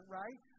right